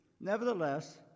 Nevertheless